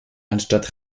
anstatt